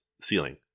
ceiling